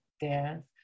dance